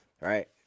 right